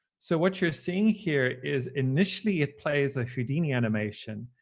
so what you're seeing here is initially it plays a houdini animation.